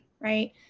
right